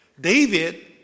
David